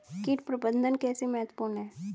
कीट प्रबंधन कैसे महत्वपूर्ण है?